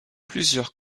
plusieurs